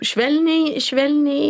švelniai švelniai